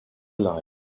alive